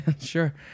Sure